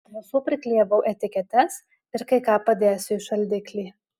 ant visų priklijavau etiketes ir kai ką padėsiu į šaldiklį